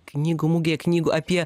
knygų mugėje knygų apie